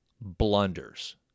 blunders